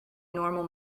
normal